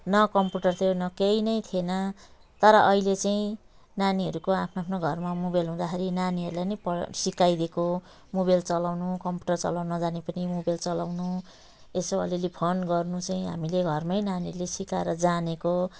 न कम्प्युटर थियो न केही नै थिएन तर अहिले चाहिँ नानीहरूको आफ्नो आफ्नो घरमा मोबाइल हुँदाखेरि नानीहरूले प सिकाइदिएको मोबाइल चलाउनु कम्प्युटर चलाउन नजाने पनि मोबाइल चलाउनु यसो अलिअलि फोन गर्नु चाहिँ हामीले घरमै नानीहरूले सिकाएर जानेको